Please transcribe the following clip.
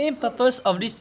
但 mm